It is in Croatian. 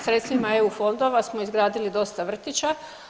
Sredstvima EU fondova smo izgradili dosta vrtića.